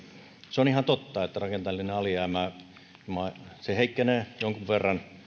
se on ihan totta että rakenteellinen alijäämä heikkenee jonkun verran